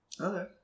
Okay